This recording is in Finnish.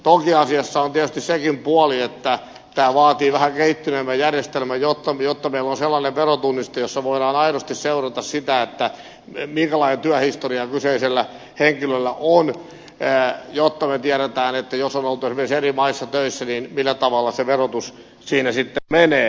toki asiassa on tietysti sekin puoli että tämä vaatii vähän kehittyneemmän järjestelmän jotta meillä on sellainen verotunniste josta voidaan aidosti seurata sitä minkälainen työhistoria kyseisellä henkilöllä on jotta me tiedämme että jos on oltu esimerkiksi eri maissa töissä niin millä tavalla se verotus siinä menee